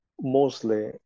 Mostly